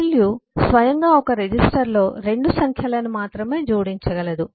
ALU స్వయంగా ఒక రిజిస్టర్లో 2 సంఖ్యలను మాత్రమే జోడించగలదు